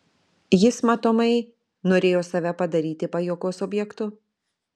jis matomai norėjo save padaryti pajuokos objektu